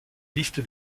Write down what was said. liste